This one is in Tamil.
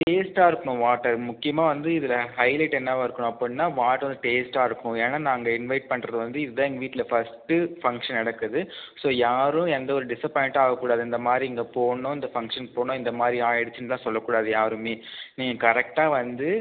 டேஸ்ட்டாக இருக்கணும் வாட்டர் முக்கியமாக வந்து இதில் ஹைலைட் என்னவாக இருக்கணும் அப்படினால் வாட்டர் டேஸ்ட்டாக இருக்கணும் ஏன்னால் நாங்கள் இன்வெயிட் பண்ணுறது வந்து இது தான் எங்கள் வீட்டில் ஃபர்ஸ்ட்டு ஃபங்ஷன் நடக்குது ஸோ யாரும் எந்த ஒரு டிசப்பாயிண்ட்டும் ஆகக்கூடாது இந்தமாதிரி இங்கே போனோம் இந்த ஃபங்ஷன் போனாம் இந்தமாதிரி ஆகிடுச்சின்னு தான் சொல்லக்கூடாது யாருமே நீங்கள் கரெக்ட்டாக வந்து